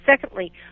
Secondly